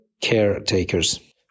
caretakers